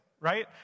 right